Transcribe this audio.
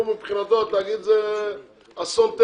הוא מבחינתו התאגיד זה אסון טבע.